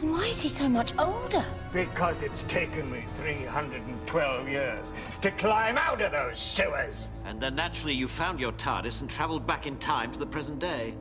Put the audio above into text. and why is he so much older? because it's taken me three hundred and twelve years to climb out of those sewers! and then naturally you found your tardis and travelled back in time to the present day